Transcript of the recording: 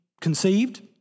conceived